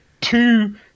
two